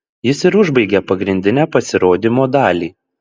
jis ir užbaigė pagrindinę pasirodymo dalį